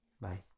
bye